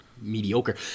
mediocre